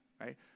right